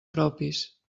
propis